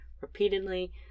repeatedly